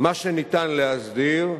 מה שניתן להסדיר,